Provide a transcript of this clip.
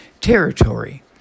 territory